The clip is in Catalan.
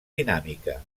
dinàmica